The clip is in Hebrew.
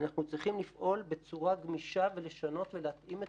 אנחנו צריכים לפעול בצורה גמישה ולשנות ולהתאים את